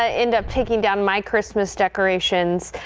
ah end up taking down my christmas decorations.